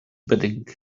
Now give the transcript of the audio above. bedding